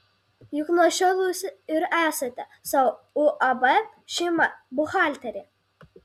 juk nuo šiol jūs ir esate savo uab šeima buhalterė